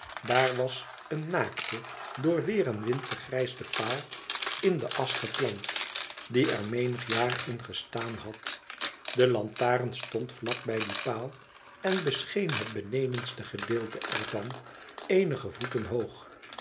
daar was een naakte door weer en wind vergrijsde paal in de asch geplant die er menig jaar in gestaan had de lantaren stond vlak bij dien paal en bescheen het benedenste gedeelte ervan eenige voeten hoog